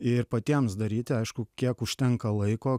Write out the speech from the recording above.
ir patiems daryti aišku kiek užtenka laiko